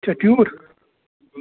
یہِ چھےٚ ٹیوٗر